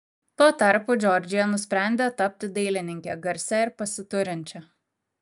tuo tarpu džordžija nusprendė tapti dailininke garsia ir pasiturinčia